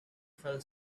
fell